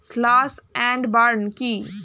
Slash and burn কি?